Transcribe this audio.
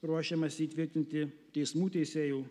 ruošiamasi įtvirtinti teismų teisėjų